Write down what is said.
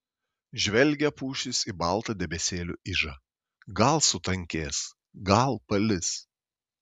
žvelgia pušys į baltą debesėlių ižą gal sutankės gal palis